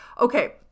Okay